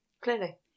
Clearly